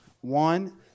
one